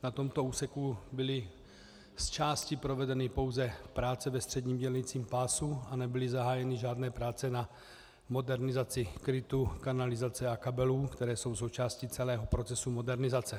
Na tomto úseku byly zčásti provedeny pouze práce ve středním dělicím pásu a nebyly zahájeny žádné práce na modernizaci krytu kanalizace a kabelů, které jsou součástí celého procesu modernizace.